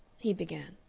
he began.